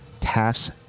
tafts